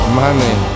money